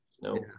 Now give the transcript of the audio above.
no